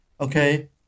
Okay